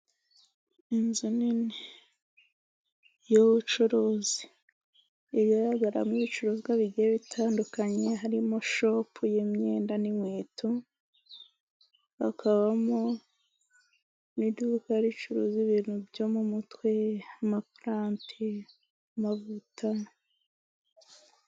Inzu nini y'ubucuruzi, igaragaramo ibicuruzwa bigiye bitandukanye, harimo shopu y'imyenda n'inkweto, hakabamo mu iduka ricuruza ibintu byo mu mutwe, amapurante, amavuta.